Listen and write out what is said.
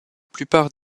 plupart